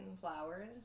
flowers